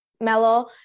mellow